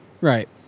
Right